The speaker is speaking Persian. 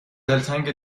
دلتنگ